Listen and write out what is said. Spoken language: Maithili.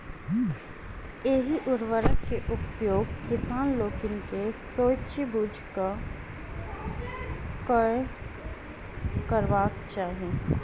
एहि उर्वरक के उपयोग किसान लोकनि के सोचि बुझि कअ करबाक चाही